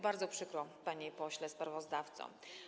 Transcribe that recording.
Bardzo przykro, panie pośle sprawozdawco.